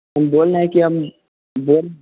हम बोल रहे हैं कि हम बोल